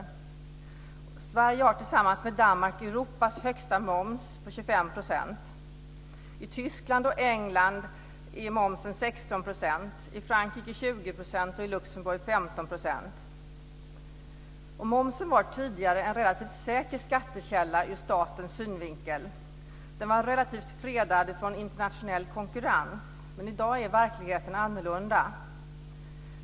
Sverige har tillsammans med Danmark Europas högsta moms, 25 %. I Tyskland och England är momsen 16 %, i Frankrike 20 % och i Luxemburg Momsen var tidigare en relativt säker skattekälla ur statens synvinkel. Den var relativt fredad från internationell konkurrens. Men i dag är verkligheten annorlunda.